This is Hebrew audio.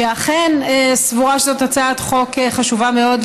שאכן סבורה שזאת הצעת חוק חשובה מאוד,